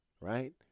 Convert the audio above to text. right